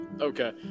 Okay